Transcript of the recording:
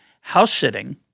house-sitting